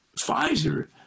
Pfizer